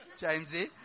Jamesy